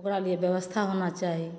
ओकरा लिये व्यवस्था होना चाही